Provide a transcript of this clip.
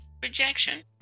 rejection